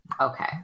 Okay